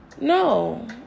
No